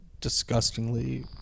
disgustingly